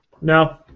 No